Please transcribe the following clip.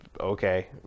okay